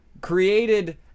created